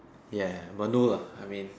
ya but no lah I mean